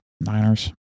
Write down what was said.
Niners